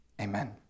Amen